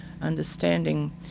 understanding